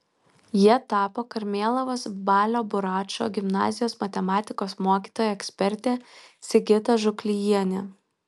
ja tapo karmėlavos balio buračo gimnazijos matematikos mokytoja ekspertė sigita žuklijienė